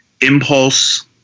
impulse